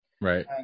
Right